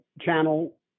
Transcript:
channel